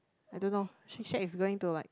I don't know she said is going to like